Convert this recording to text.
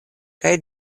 kaj